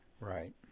Right